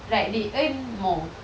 like they earn more